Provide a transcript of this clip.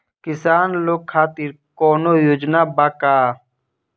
किसान लोग खातिर कौनों योजना बा का?